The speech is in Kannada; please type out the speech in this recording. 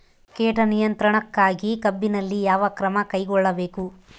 ಕೇಟ ನಿಯಂತ್ರಣಕ್ಕಾಗಿ ಕಬ್ಬಿನಲ್ಲಿ ಯಾವ ಕ್ರಮ ಕೈಗೊಳ್ಳಬೇಕು?